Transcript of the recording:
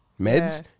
meds